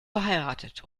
verheiratet